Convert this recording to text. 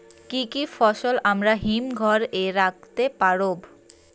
কি কি ফসল আমরা হিমঘর এ রাখতে পারব?